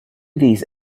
these